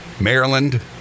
Maryland